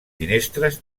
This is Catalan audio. finestres